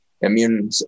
immune